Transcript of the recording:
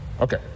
okay